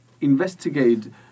investigate